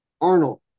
Arnold